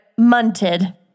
Munted